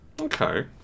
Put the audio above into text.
Okay